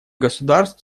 государств